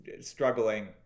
struggling